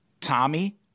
Tommy